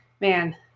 man